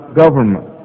government